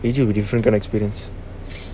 egypt a different kind of experience